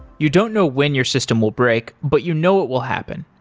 you don't know when your system will break but you know it will happen.